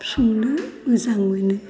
संनो मोजां मोनो